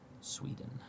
Sweden